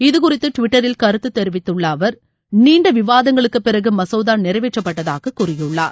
இது குறித்து டிவிட்டரில் கருத்து தெரிவித்துள்ள அவர் நீண்ட விவாதங்களுக்கு பிறகு மசோதா நிறைவேற்றப்பட்டதாக கூறியுள்ளார்